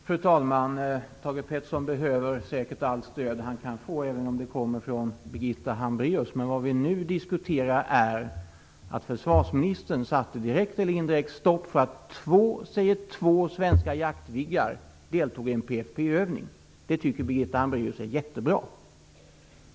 Fru talman! Thage G Peterson behöver säkert allt stöd han kan få, även om det kommer från Birgitta Hambraeus. Men det vi nu diskuterar är att försvarsministern, direkt eller indirekt, satte stopp för att två, säger två, svenska jaktviggar deltog i en PFF-övning. Det tycker Birgitta Hambraeus är jättebra.